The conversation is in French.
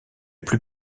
plus